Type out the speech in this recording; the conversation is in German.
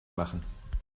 machen